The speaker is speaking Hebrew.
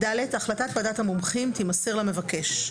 החלטת ועדת המומחים תימסר למבקש.